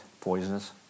poisonous